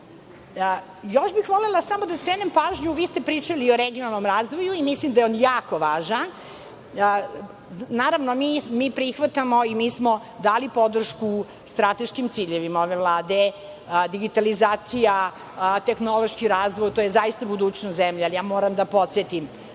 bih još da skrenem pažnju, vi ste pričali o regionalnom razvoju i mislim da je on jako važan. Naravno, mi prihvatamo i mi smo dali podršku strateškim ciljevima ove Vlade. Digitalizacija, tehnološki razvoj, to je zaista budućnost zemlje. Moram da podsetim